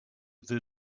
the